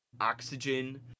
oxygen